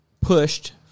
pushed